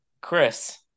Chris